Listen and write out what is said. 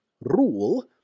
rule